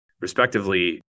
respectively